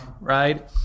right